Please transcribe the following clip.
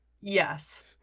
yes